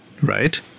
Right